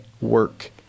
work